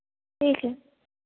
okay